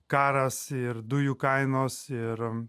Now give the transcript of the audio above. karas ir dujų kainos ir